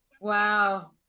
wow